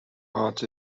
heart